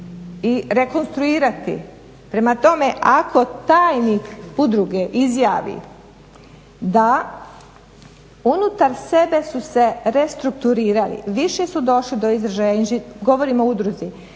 i rekonstruirati. Prema tome ako tajnik udruge izjavi da unutar sebe su se restrukturirali, više su došli do izražaja, govorim o udruzi,